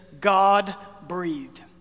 God-breathed